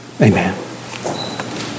amen